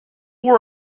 wore